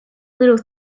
little